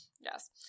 Yes